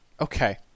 okay